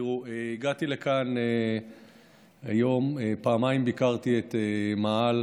תראו, הגעתי לכאן היום, פעמיים ביקרתי את המאהל